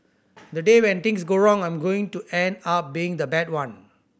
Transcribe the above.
the day when things go wrong I'm going to end up being the bad one